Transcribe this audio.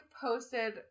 posted